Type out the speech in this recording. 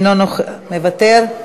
מוותר,